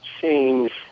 change